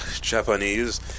Japanese